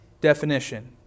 definition